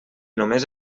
només